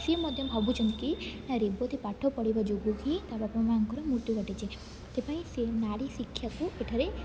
ସେ ମଧ୍ୟ ଭାବୁଛନ୍ତି କି ରେବତୀ ପାଠ ପଢ଼ିବା ଯୋଗୁଁ ହିଁ ତା ବାପା ମାଆଙ୍କର ମୃତ୍ୟୁ ଘଟିଛି ସେଥିପାଇଁ ସେ ନାରୀ ଶିକ୍ଷାକୁ ଏଠାରେ